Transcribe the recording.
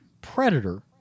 predator